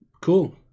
Cool